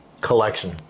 Collection